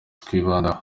twibandaho